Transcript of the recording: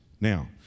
Now